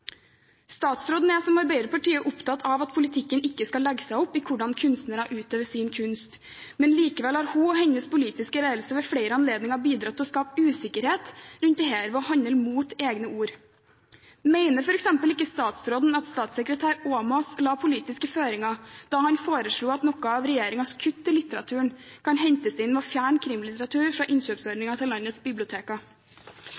Statsråden er, som Arbeiderpartiet, opptatt av at politikken ikke skal legge seg opp i hvordan kunstnere utøver sin kunst, men likevel har hun og hennes politiske ledelse ved flere anledninger bidratt til å skape usikkerhet rundt dette ved å handle mot egne ord. Mener f.eks. ikke statsråden at statssekretær Åmås la politiske føringer da han foreslo at noe av regjeringens kutt til litteraturen kunne hentes inn ved å fjerne krimlitteratur fra